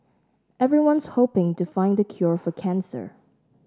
everyone's hoping to find the cure for cancer